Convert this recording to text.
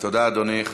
תודה, אדוני.